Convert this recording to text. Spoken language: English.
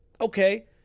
Okay